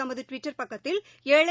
தமதுடுவிட்டர் பக்கத்தில் ஏழை